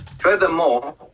Furthermore